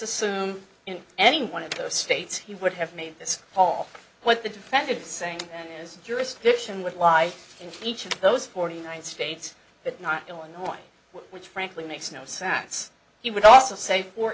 assume in any one of those states he would have made this whole what the defended saying his jurisdiction would lie in each of those forty nine states but not illinois which frankly makes no sense he would also say for